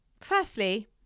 firstly